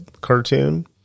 cartoon